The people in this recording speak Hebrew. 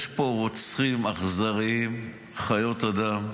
יש פה רוצחים אכזריים, חיות אדם.